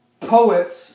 poets